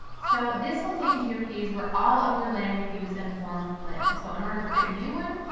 so this will take you to your page where all of your landing pages and forms live. so in order to create a new one,